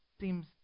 seems